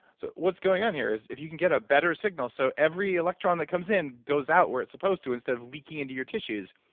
so what's going on here is if you can get a better signal so every electron that comes in goes out where it's supposed to instead of leaking into your tissues.